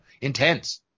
intense